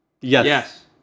Yes